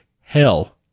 hell